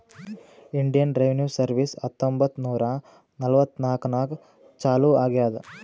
Indian revenue service ಹತ್ತೊಂಬತ್ತ್ ನೂರಾ ನಲ್ವತ್ನಾಕನಾಗ್ ಚಾಲೂ ಆಗ್ಯಾದ್